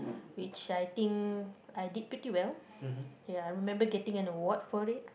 which I think I did pretty well ya I remember getting an award for it